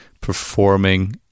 performing